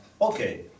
okay